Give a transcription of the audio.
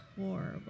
horrible